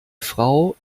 frau